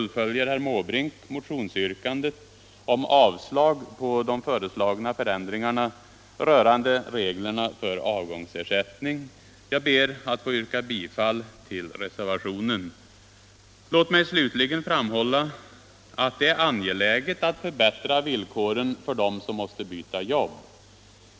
Låt mig slutligen framhålla att det är angeläget att förbättra villkoren för dem som måste byta jobb.